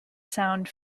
sound